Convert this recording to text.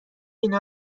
اینا